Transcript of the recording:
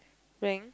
bring